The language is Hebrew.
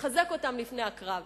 מחזק אותם לפני הקרב,